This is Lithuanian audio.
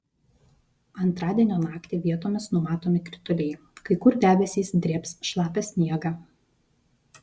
antradienio naktį vietomis numatomi krituliai kai kur debesys drėbs šlapią sniegą